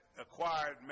acquired